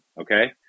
okay